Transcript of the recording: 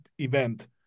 event